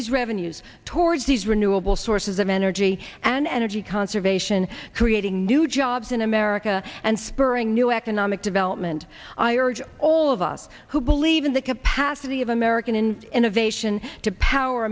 these revenues towards these renewable sources of energy and energy conservation creating new jobs in america and spurring new economic development i urge all of us who believe in the capacity of american in innovation to power